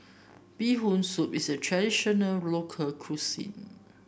Bee Hoon Soup is a traditional local cuisine